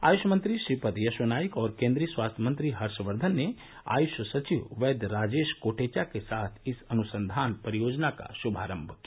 आय्ष मंत्री श्रीपद यशो नाइक और केन्द्रीय स्वास्थ्य मंत्री हर्षवर्धन ने आयुष सचिव वैद्य राजेश कोटेचा के साथ इस अनुसंधान परियोजना का श्भारम किया